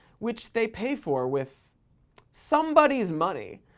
which they pay for, with somebody's money.